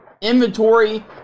inventory